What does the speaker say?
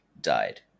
died